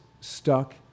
stuck